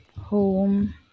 Home